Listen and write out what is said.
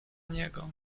niego